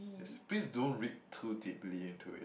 yes please don't read too deeply into it